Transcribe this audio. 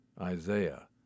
Isaiah